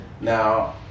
Now